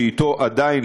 שאתו עדיין,